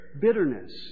bitterness